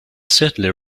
certainly